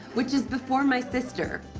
which is before my sister.